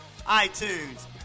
iTunes